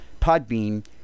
Podbean